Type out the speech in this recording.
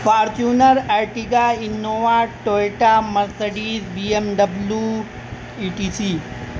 Fortuner Ertiga Innova Toyota Mercedes B M W E T C